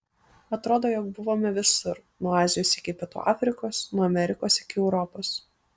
atrodo jog buvome visur nuo azijos iki pietų afrikos nuo amerikos iki europos